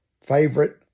favorite